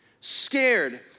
scared